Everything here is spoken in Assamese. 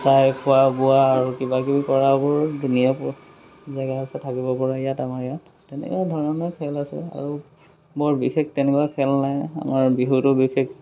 চাই খোৱা বোৱা আৰু কিবাকিবি কৰাবোৰ ধুনীয়া জেগা আছে থাকিব পৰা ইয়াত আমাৰ ইয়াত তেনেকুৱা ধৰণে খেল আছে আৰু বৰ বিশেষ তেনেকুৱা খেল নাই আমাৰ বিহুটো বিশেষ